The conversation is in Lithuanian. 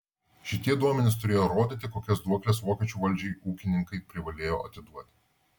šitie duomenys turėjo rodyti kokias duokles vokiečių valdžiai ūkininkai privalėjo atiduoti